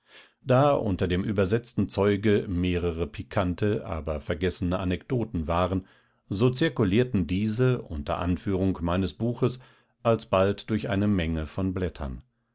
da unter dem übersetzten zeuge mehrere pikante aber vergessene anekdoten waren so zirkulierten diese unter anführung meines buches alsbald durch eine menge von blättern